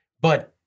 but-